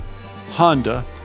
Honda